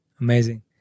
amazing